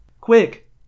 Quick